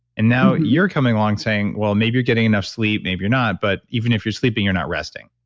and now, you're coming along saying, well, maybe you're getting enough sleep. maybe you're not. but even if you're sleeping, you're not resting.